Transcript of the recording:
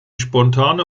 spontane